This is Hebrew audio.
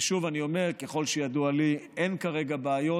ושוב אני אומר: ככל שידוע לי אין כרגע בעיות,